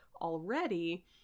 already